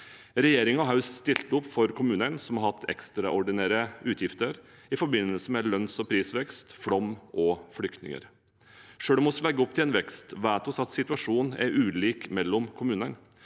Regjeringen har stilt opp for kommunene som har hatt ekstraordinære utgifter i forbindelse med lønns- og prisvekst, flom og flyktninger. Selv om vi legger opp til en vekst, vet vi at situasjonen er ulik mellom kommunene.